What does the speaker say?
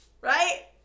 Right